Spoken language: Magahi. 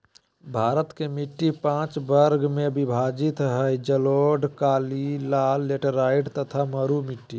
भारत के मिट्टी पांच वर्ग में विभाजित हई जलोढ़, काली, लाल, लेटेराइट तथा मरू मिट्टी